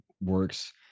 works